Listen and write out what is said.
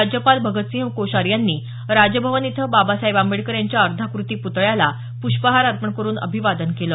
राज्यपाल भगतसिंह कोश्यारी यांनी राजभवन इथं बाबासाहेब आंबेडकर यांच्या अर्धाकृती पुतळ्याला पुष्पहार अर्पण करुन अभिवादन केलं